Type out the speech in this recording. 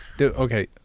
Okay